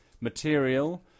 material